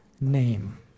name